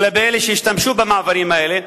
כלפי אלה שהשתמשו במעברים האלה,